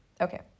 okay